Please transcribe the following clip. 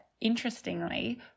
interestingly